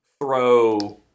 throw